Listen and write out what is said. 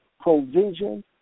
provision